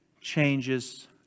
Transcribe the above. changes